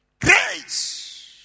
grace